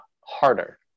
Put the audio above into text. harder